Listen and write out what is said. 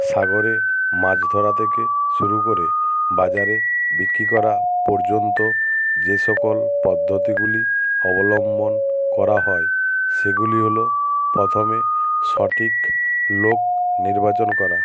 সাগরে মাছ ধরা থেকে শুরু করে বাজারে বিক্রি করা পর্যন্ত যে সকল পদ্ধতিগুলি অবলম্বন করা হয় সেগুলি হলো প্রথমে সঠিক লোক নির্বাচন করা